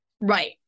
Right